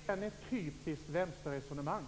Herr talman! Återigen ett typiskt vänsterresonemang.